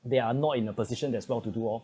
they are not in a position as well to do all